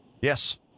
Yes